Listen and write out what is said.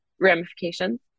ramifications